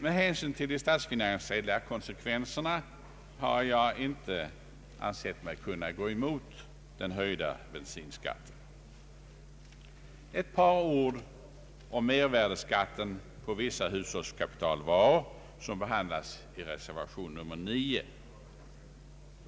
Med hänsyn till de statsfinansiella konsekvenserna har jag dock inte ansett mig kunna gå emot den höjda bensinskatten. Ett par ord om mervärdeskatten på vissa hushållskapitalvaror som behandlas i reservation 9.